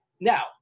Now